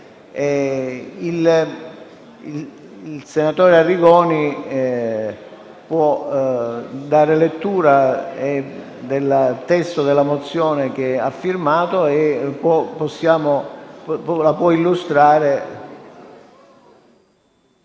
Il senatore Arrigoni può dare lettura del testo della mozione che ha firmato e la può illustrare